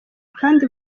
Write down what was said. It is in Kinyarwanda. kandi